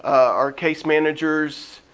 our case managers.